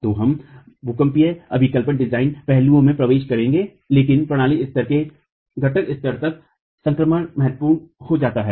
तो हम भूकंपीय अबिकल्पनडिजाइन पहलुओं में प्रवेश करेंगे लेकिन प्रणाली स्तर से घटक स्तर तक संक्रमण महत्वपूर्ण हो जाता है